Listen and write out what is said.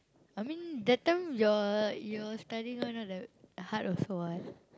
I mean that time your your studying one lah the hard also [what]